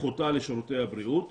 פחותה לשירותי הבריאות,